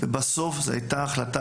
ובסוף זו הייתה החלטה,